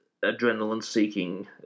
adrenaline-seeking